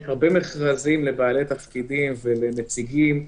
יש הרבה מכרזים לבעלי תפקידים ולנציגים.